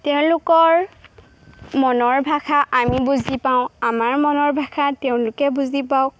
তেওঁলোকৰ মনৰ ভাষা আমি বুজি পাওঁ আমাৰ মনৰ ভাষা তেওঁলোকে বুজি পাওক